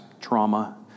trauma